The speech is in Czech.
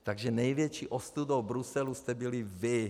Takže největší ostudou v Bruselu jste byli vy.